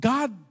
God